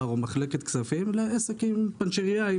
או מחלקת כספים לבין עסק כמו פנצ'רייה.